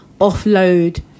offload